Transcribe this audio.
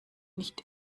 nicht